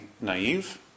naive